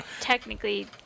technically